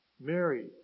Mary